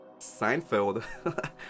Seinfeld